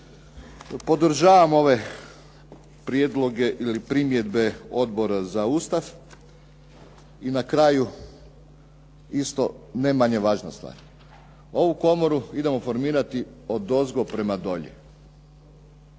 Podržavam ove prijedloge ili primjedbe Odbora za Ustav. I na kraju isto ne manje važna stvar. Ovu komoru idemo formirati odozgo prema dolje.